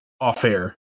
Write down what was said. off-air